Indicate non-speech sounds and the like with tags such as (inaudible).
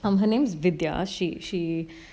um her name's didya she she (breath)